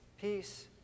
peace